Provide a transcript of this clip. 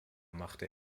machte